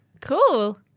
cool